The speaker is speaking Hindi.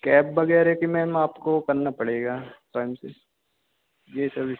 कैब वगैरह की मैम आपको करना पड़ेगा टाइम से जी सभी